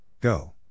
Go